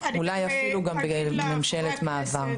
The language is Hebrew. אולי אפילו בממשלת מעבר.